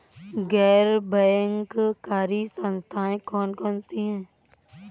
गैर बैंककारी संस्थाएँ कौन कौन सी हैं?